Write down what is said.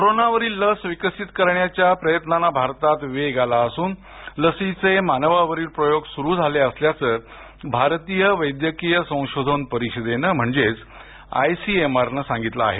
कोरोनावरील लस विकसीत करण्याच्या प्रयत्नांना भारतात वेग आला असून लसीचे मानवावरील प्रयोग सुरू झाले असल्याचं भारतीय वैद्यकीय संशोधन परिषदेनं म्हणजेच आयसीएमआरनं सांगितलं आहे